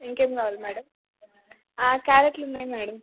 ఇంకేం కావాలి మేడం క్యారెట్లు ఉన్నాయి మేడం